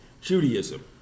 Judaism